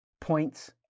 points